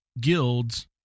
guilds